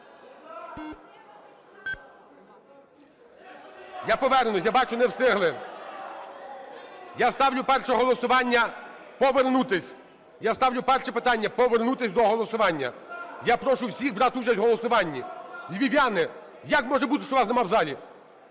Я повернусь. Я бачу, не встигли. Я ставлю перше голосування – повернутись. Я ставлю перше питання – повернутись до голосування. Я прошу всіх брати участь в голосуванні. Львів'яни, як може бути, що вас нема в залі?